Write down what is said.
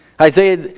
Isaiah